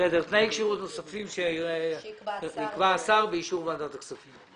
תנאי כשירות נוספים שיקבע השר באישור ועדת הכספים.